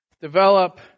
Develop